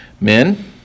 Men